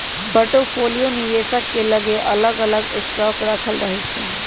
portfolio निवेशक के लगे अलग अलग स्टॉक राखल रहै छइ